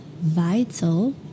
Vital